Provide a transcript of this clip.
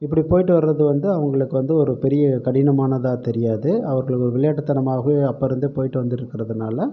இப்படி போய்ட்டு வர்றது வந்து அவர்களுக்கு வந்து ஒரு பெரிய கடினமானதாக தெரியாது அவர்கள் ஒரு விளையாட்டுத்தனமாகவே அப்போ இருந்து போய்ட்டு வந்துவிட்டு இருக்கிறதுனால